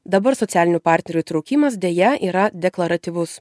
dabar socialinių partnerių įtraukimas deja yra deklaratyvus